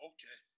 Okay